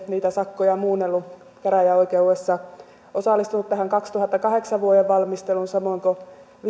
niitä sakkoja muunnellut käräjäoikeudessa osallistunut tähän vuoden kaksituhattakahdeksan valmisteluun samoin kuin